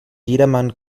jedermann